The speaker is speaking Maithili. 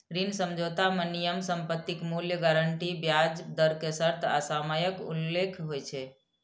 ऋण समझौता मे नियम, संपत्तिक मूल्य, गारंटी, ब्याज दर के शर्त आ समयक उल्लेख होइ छै